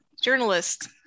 journalist